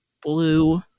blue